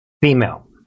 female